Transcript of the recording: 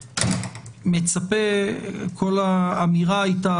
כל האמירה הייתה,